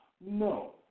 no